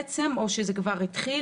או שזה כבר התחיל,